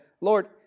Lord